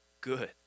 good